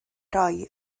roi